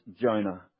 Jonah